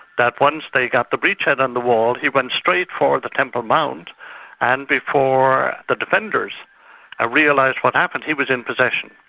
that once they got the breach head on the wall he went straight for the temple mount and before the defenders ah realised what happened, he was in possession,